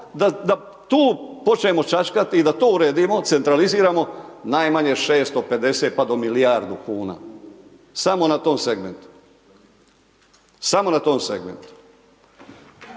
da tu počnemo čačkati i da to uredimo, centraliziramo najmanje 650 pa do milijardu kuna, samo na tom segmentu, samo na tom segmentu.